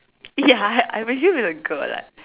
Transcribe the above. ya I I presume it's a girl lah